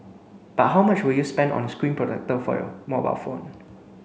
but how much would you spend on a screen protector for your mobile phone